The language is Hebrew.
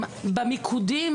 במיקודים,